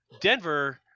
Denver